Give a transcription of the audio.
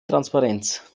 transparenz